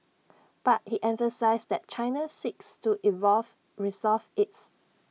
but he emphasised that China seeks to evolve resolve its